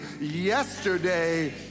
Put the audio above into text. Yesterday